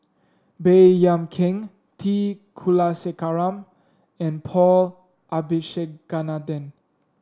Baey Yam Keng T Kulasekaram and Paul Abisheganaden